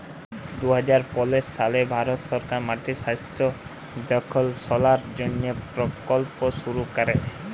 দু হাজার পলের সালে ভারত সরকার মাটির স্বাস্থ্য দ্যাখাশলার জ্যনহে পরকল্প শুরু ক্যরে